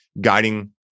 guiding